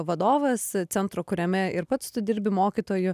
vadovas centro kuriame ir pats tu dirbi mokytoju